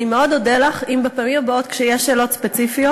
אני מאוד אודה לך אם בפעמים הבאות כשיש שאלות ספציפיות,